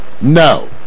No